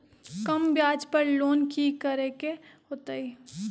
कम ब्याज पर लोन की करे के होतई?